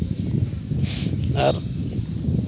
ᱟᱨ